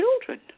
children